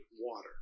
water